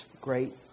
great